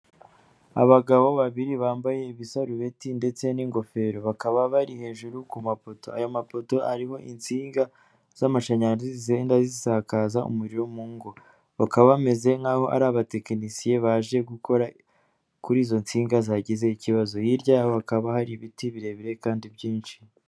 Abagabo babiri bambaye ibisarubeti ndetse n'ingofero bakaba bari hejuru ku mapoto, aya mapoto arimo insinga z'amashanyarazi zigendanda zisakaza umuriro mu ngo bakaba bameze nk'aho ari abatekinisiye baje kuri izo nsinga zagize ikibazo, hirya hakaba hari ibiti birebire kandi byinshi.